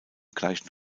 gleichen